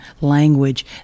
language